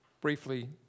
briefly